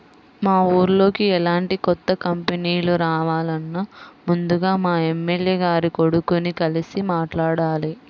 మా ఊర్లోకి ఎలాంటి కొత్త కంపెనీలు రావాలన్నా ముందుగా మా ఎమ్మెల్యే గారి కొడుకుని కలిసి మాట్లాడాలి